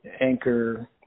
Anchor